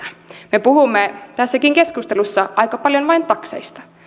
me puhumme tässäkin keskustelussa aika paljon vain takseista